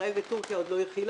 ישראל ותורכיה עוד לא התחילו,